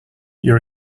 your